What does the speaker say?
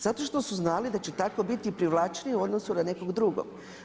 Zato što su znali da će tako privlačniji u odnosu na nekog drugog.